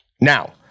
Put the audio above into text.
Now